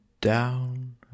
down